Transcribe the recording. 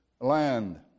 land